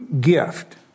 gift